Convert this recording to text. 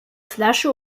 flasche